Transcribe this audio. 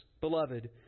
beloved